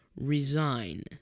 resign